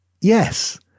Yes